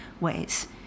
ways